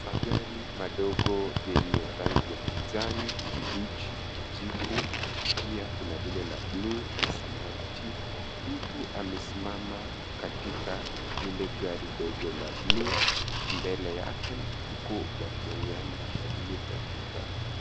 Magari madogo yenye rangi ya kijani kibichi, kijivu , pia kuna lile la buluu na samawati. Mtu amesimama katika lile gari dogo la buluu, mbele yake huku wakiongea na aliye Kati kati.